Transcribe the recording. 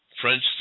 French